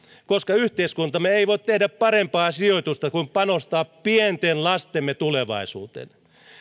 koska yhteiskuntamme ei voi tehdä parempaa sijoitusta kuin panostaa pienten lastemme tulevaisuuteen